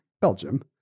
Belgium